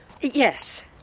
Yes